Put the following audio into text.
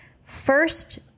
First